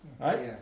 right